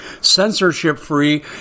censorship-free